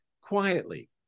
quietly